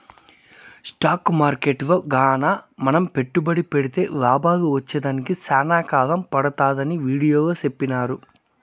stock మార్కెట్టులో గాన మనం పెట్టుబడి పెడితే లాభాలు వచ్చేదానికి సేనా కాలం పడతాదని వీడియోలో సెప్పినారు